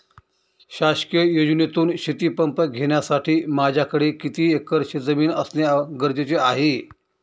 शासकीय योजनेतून शेतीपंप घेण्यासाठी माझ्याकडे किती एकर शेतजमीन असणे गरजेचे आहे?